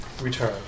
return